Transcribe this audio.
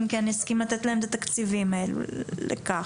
גם כן יסכים לתת להם את התקציבים האלה לכך.